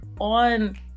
on